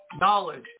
knowledge